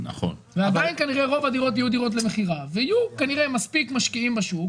לכן כנראה רוב הדירות יהיו למכירה ויהיו כנראה מספיק משקיעים בשוק,